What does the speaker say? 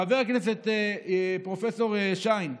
חבר הכנסת פרופ' שיין,